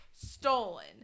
stolen